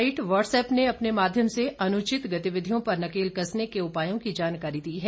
WhatsApp social site WhatsApp ने अपने माध्यम से अनुचित गतिविधियों पर नकेल कसने के उपायों की जानकारी दी है